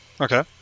Okay